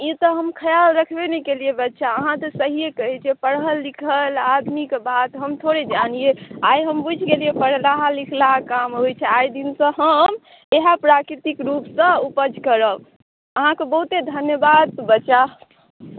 ई तऽ हम ख्याल रखबे ने केलियै बच्चा अहाँ तऽ सहिये कहै छियै पढ़ल लिखल आदमी के बात हम थोड़े जानिय आइ हम बुझि गेलियै पढ़लाहा लिखलाहा काम होई छै आइ दिन सं हम प्राकृतिक रूप सं उपज करब अहाँकें बहुते धन्यवाद बच्चा